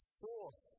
source